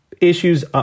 issues